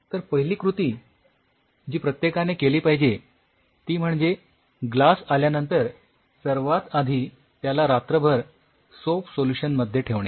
तर पहिली कृती जी प्रत्येकाने केली पाहिजे ती म्हणजे ग्लास आल्यानंतर सर्वात आधी त्याला रात्रभर सोप सोल्युशन मध्ये ठेवणे